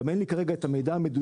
גם אין לי את המידע המדויק,